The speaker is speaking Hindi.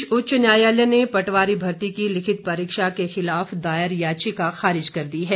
प्रदेश उच्च न्यायालय ने पटवारी भर्ती की लिखित परीक्षा के खिलाफ दायर याचिका खारिज कर दी है